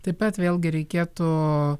taip pat vėlgi reikėtų